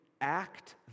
act